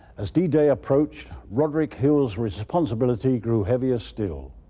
as d-day d-day approached, roderick hill's responsibility grew heavier still.